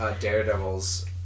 Daredevil's